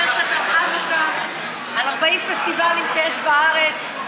על 40 פסטיבלים שיש בארץ,